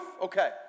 Okay